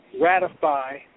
ratify